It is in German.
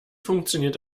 funktioniert